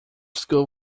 school